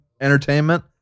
entertainment